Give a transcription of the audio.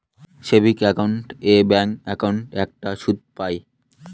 savings account এ bank একাউন্টে একটা সুদ পাই